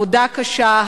עבודה קשה,